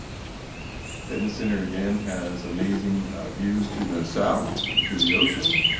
fitness center again has amazing views to the south and to the ocean.